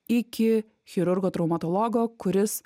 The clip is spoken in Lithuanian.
iki chirurgo traumatologo kuris